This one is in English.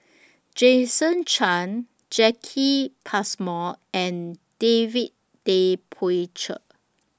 Jason Chan Jacki Passmore and David Tay Poey Cher